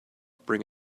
bring